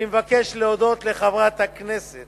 אני מבקש להודות לחברת הכנסת